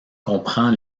comprend